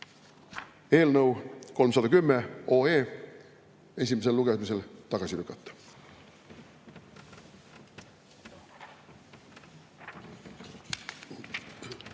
eelnõu 310 esimesel lugemisel tagasi lükata.